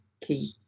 key